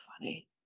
funny